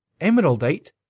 emeraldite